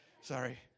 Sorry